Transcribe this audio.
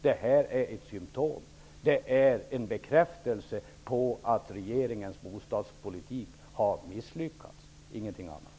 Det är ett symtom och en bekräftelse på att regeringens bostadspolitik har misslyckats -- ingenting annat.